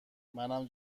منم